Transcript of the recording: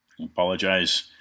Apologize